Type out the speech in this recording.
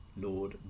Lord